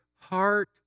heart